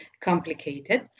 complicated